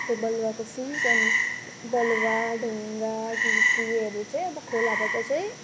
त्यो बालुवाको फिस अनि बालुवा ढुङ्गा गिटीहरू चाहिँ अब खोलाबट चाहिँ